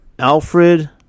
Alfred